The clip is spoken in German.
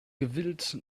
gewillt